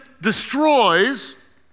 destroys